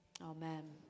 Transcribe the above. Amen